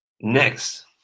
Next